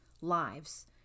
lives